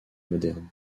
moderne